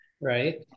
Right